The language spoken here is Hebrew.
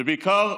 זה בעיקר,